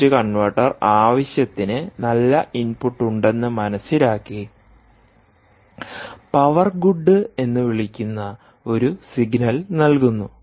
boost converter ആവശ്യത്തിന് നല്ല input ഉണ്ടെന്ന് മനസ്സിലാക്കി പവർ ഗുഡ് എന്ന് വിളിക്കുന്ന ഒരു സിഗ്നൽ നൽകുന്നു